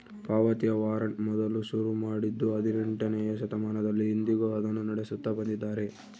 ಪಾವತಿಯ ವಾರಂಟ್ ಮೊದಲು ಶುರು ಮಾಡಿದ್ದೂ ಹದಿನೆಂಟನೆಯ ಶತಮಾನದಲ್ಲಿ, ಇಂದಿಗೂ ಅದನ್ನು ನಡೆಸುತ್ತ ಬಂದಿದ್ದಾರೆ